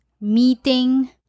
meeting